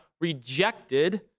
rejected